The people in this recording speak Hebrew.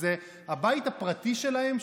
שזה הבית הפרטי שלהם?